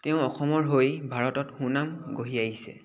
তেওঁ অসমৰ হৈ ভাৰতত সুনাম গঢ়ি আহিছে